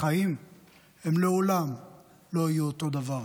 החיים לעולם לא יהיו אותו דבר.